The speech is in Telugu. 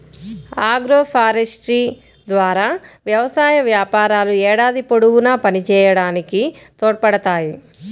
ఆగ్రోఫారెస్ట్రీ ద్వారా వ్యవసాయ వ్యాపారాలు ఏడాది పొడవునా పనిచేయడానికి తోడ్పడతాయి